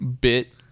bit